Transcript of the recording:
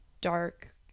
dark